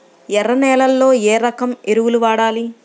ఎర్ర నేలలో ఏ రకం ఎరువులు వాడాలి?